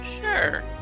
Sure